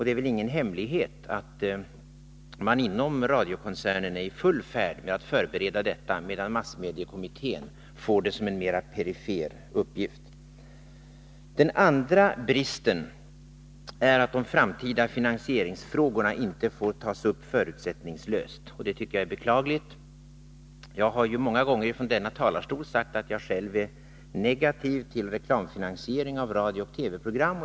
Det är väl ingen hemlighet att man inom radiokoncernen är i full färd med att förbereda detta, medan massmediekommittén får detta arbete som en mera perifer uppgift. Den andra bristen är att de framtida finansieringsfrågorna inte får tas upp förutsättningslöst. Det tycker jag är beklagligt. Jag har ju många gånger från denna talarstol sagt att jag själv är negativ till reklamfinansiering av radiooch TV-program.